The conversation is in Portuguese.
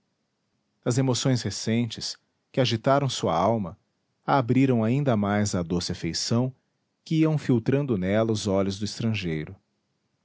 as emoções recentes que agitaram sua alma a abriram ainda mais à doce afeição que iam filtrando nela os olhos do estrangeiro